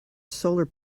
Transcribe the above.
solar